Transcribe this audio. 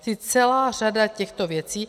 Čili celá řada těchto věcí.